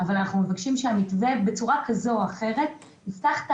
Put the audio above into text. אבל אנחנו מבקשים שהמתווה בצורה כזו או אחרת יפתח את